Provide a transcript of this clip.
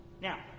Now